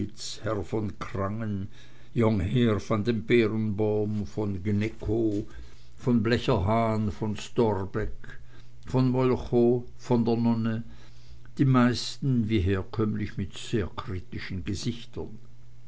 herr von krangen jongherr van dem peerenboom von gnewkow von blechernhahn von storbeck von molchow von der nonne die meisten wie herkömmlich mit sehr kritischen gesichtern